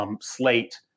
slate